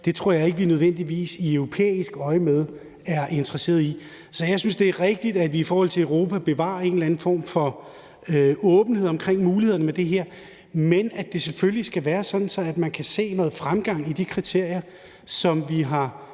– tror jeg ikke, vi nødvendigvis i europæisk øjemed er interesseret i det. Så jeg synes, det er rigtigt, at vi i forhold til Europa bevarer en eller anden form for åbenhed omkring mulighederne i det her, men at det selvfølgelig skal være sådan, at man kan se noget fremgang med hensyn til